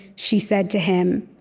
she said to him,